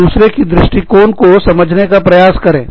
एक दूसरे की दृष्टिकोण को समझने का प्रयास करें